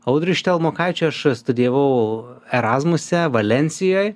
audriui štelmokaičiui aš studijavau erazmuse valensijoj